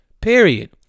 Period